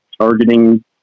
targeting